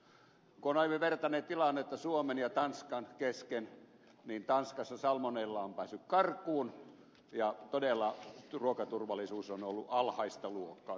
kun olemme vertailleet tilannetta suomen ja tanskan kesken niin tanskassa salmonella on päässyt karkuun ja todella ruokaturvallisuus on ollut alhaista luokkaa suorastaan